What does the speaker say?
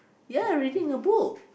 ya reading a book